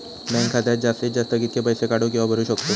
Bank खात्यात जास्तीत जास्त कितके पैसे काढू किव्हा भरू शकतो?